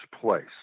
place